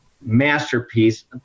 masterpiece